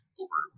over